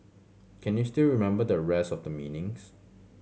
can you still remember the rest of the meanings